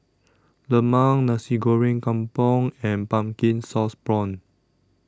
Lemang Nasi Goreng Kampung and Pumpkin Sauce Prawns